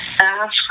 ask